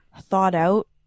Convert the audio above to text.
thought-out